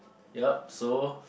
yup so